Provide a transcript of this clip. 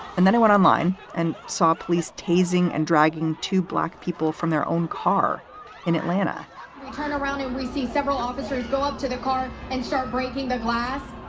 and then i went online and saw police tasing and dragging two black people from their own car in atlanta i turned around and we see several officers go up to the car and start breaking the glass